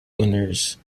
winners